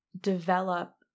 develop